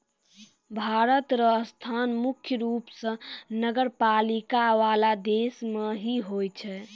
भारत र स्थान मुख्य रूप स नगरपालिका वाला देश मे ही होय छै